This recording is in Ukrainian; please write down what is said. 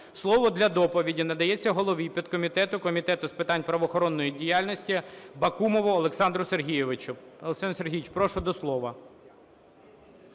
Слово для доповіді надається голові підкомітету Комітету з питань правоохоронної діяльності Бакумову Олександру Сергійовичу. Олександре Сергійовичу, прошу до слова.